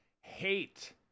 hate